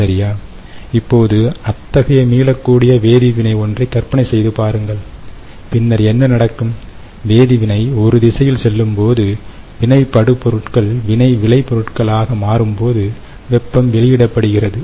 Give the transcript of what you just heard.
சரியா இப்போது அத்தகைய மீளக்கூடிய வேதிவினை ஒன்றை கற்பனை செய்து பாருங்கள் பின்னர் என்ன நடக்கும் வேதிவினை ஒரு திசையில் செல்லும் பொழுது வினைபடு பொருள்கள் வினை விளை பொருட்கள் ஆக மாறும் போது வெப்பம் வெளியிடப்படுகிறது